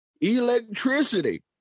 Electricity